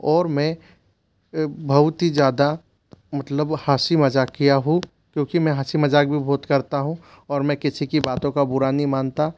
और मैं बहुत ही ज़्यादा मतलब हंसी मज़ाकिया हूँ क्योंकि मैं हंसी मज़ाक भी बहुत करता हूँ और मैं किसी की बातों का बुरा नहीं मानता